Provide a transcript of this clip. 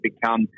become